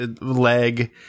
leg